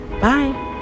Bye